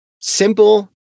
Simple